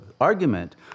argument